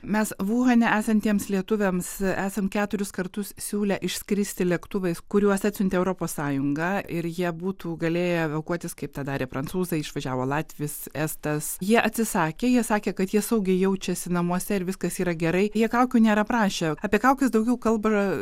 mes uhane esantiems lietuviams esam keturius kartus siūlę išskristi lėktuvais kuriuos atsiuntė europos sąjunga ir jie būtų galėję evakuotis kaip tą darė prancūzai išvažiavo latvis estas jie atsisakė jie sakė kad jie saugiai jaučiasi namuose ir viskas yra gerai jie kaukių nėra prašę apie kaukes daugiau kalba